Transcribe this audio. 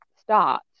start